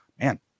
man